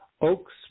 oaks